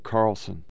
Carlson